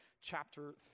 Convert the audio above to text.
chapter